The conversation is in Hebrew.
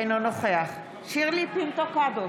אינו נוכח שירלי פינטו קדוש,